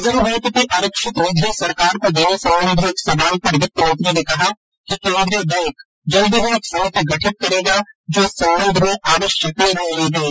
reserve bank की आरक्षित निधि सरकार को देने संबंधी एक सवाल पर वित्त मंत्री ने कहा कि केंद्रीय बैंक जल्दी ही एक समिति गठित करेगा जो इस संबंध में आवश्यक निर्णय लेगी